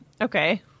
Okay